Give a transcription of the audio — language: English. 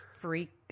freak